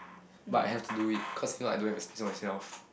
but I have to do it cause if not I don't have a space for myself